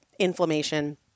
inflammation